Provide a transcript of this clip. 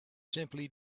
simply